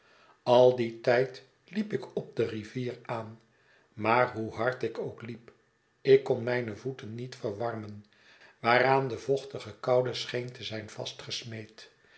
al dien tijd liep ik op de rivier aan maar hoe hard ik ook liep ik kon mijne voeten niet verwarmen waaraan de vochtige koude scheen te zijn